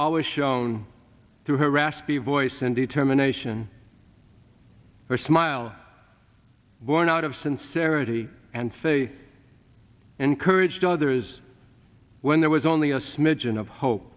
always shown through her raspy voice and determination her smile borne out of sincerity and say encouraged others when there was only a smidgen of hope